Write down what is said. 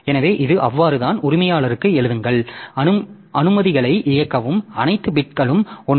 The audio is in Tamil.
எனவே இது அவ்வாறுதான் உரிமையாளருக்கு எழுதுங்கள் அனுமதிகளை இயக்கவும் அனைத்து பிட்களும் 1